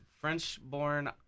French-born